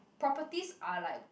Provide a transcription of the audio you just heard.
properties are like